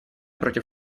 против